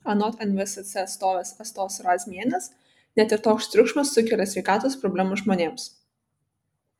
anot nvsc atstovės astos razmienės net ir toks triukšmas sukelia sveikatos problemų žmonėms